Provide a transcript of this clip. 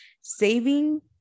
saving